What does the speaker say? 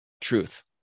truth